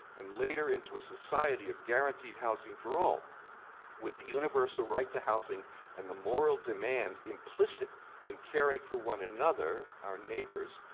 and later into a society of guaranteed housing for all with the universal right to housing and the moral demand implicit in caring for one another, our neighbors,